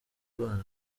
bana